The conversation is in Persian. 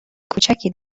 کوچکی